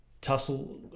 tussle